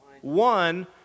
One